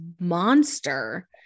monster